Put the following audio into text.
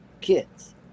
kids